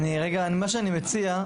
מה שאני מציע,